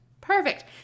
Perfect